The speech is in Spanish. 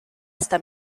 esta